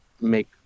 make